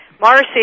Marcy